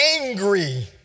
angry